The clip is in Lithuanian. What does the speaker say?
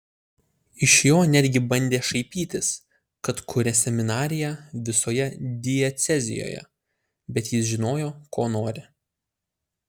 iš jo netgi bandė šaipytis kad kuria seminariją visoje diecezijoje bet jis žinojo ko nori